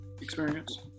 experience